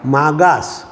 मागास